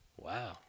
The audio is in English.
Wow